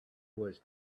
was